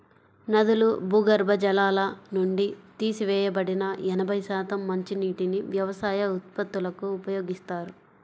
నదులు, భూగర్భ జలాల నుండి తీసివేయబడిన ఎనభై శాతం మంచినీటిని వ్యవసాయ ఉత్పత్తులకు ఉపయోగిస్తారు